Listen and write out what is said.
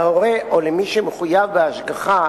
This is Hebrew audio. להורה או למי שמחויב בהשגחה